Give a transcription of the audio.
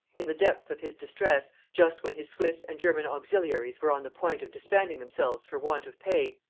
in the depth of his distress, just when his swiss and german auxiliaries were on the point of disbanding themselves for want of pay,